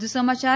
વધુ સમાચાર